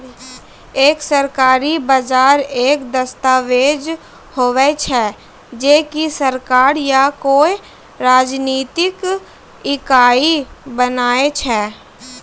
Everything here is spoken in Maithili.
एक सरकारी बजट एक दस्ताबेज हुवै छै जे की सरकार या कोय राजनितिक इकाई बनाय छै